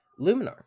Luminar